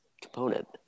component